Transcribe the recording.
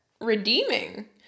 redeeming